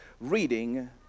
reading